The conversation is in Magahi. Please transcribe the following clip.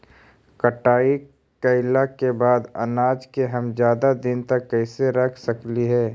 कटाई कैला के बाद अनाज के हम ज्यादा दिन तक कैसे रख सकली हे?